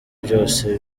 byose